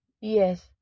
yes